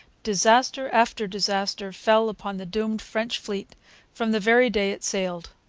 disaster after disaster fell upon the doomed french fleet from the very day it sailed.